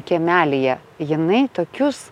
kiemelyje jinai tokius